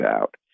out